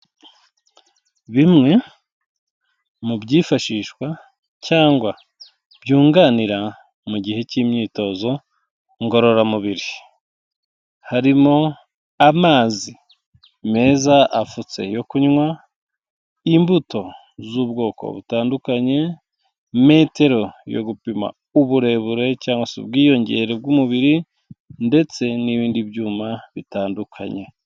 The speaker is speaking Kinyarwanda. Bimwe mu byifashishwa cyangwa byunganira mu gihe cy'imyitozo ngororamubiri, harimo amazi meza afutse yo kunywa, imbuto z'ubwoko butandukanye, metero yo gupima uburebure cyangwa se ubwiyongere bw'umubiri ndetse n'ibindi byuma bitandukanye.